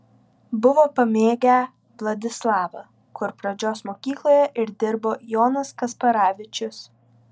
buvo pamėgę vladislavą kur pradžios mokykloje ir dirbo jonas kasparavičius